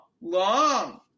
long